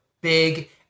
big